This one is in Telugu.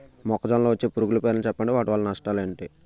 మొక్కజొన్న లో వచ్చే పురుగుల పేర్లను చెప్పండి? వాటి వల్ల నష్టాలు ఎంటి?